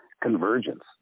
convergence